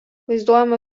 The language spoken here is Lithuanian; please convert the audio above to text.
vaizduojama